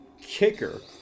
kicker